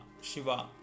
Shiva